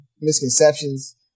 misconceptions